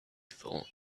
thought